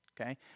Okay